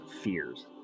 Fears